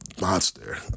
Monster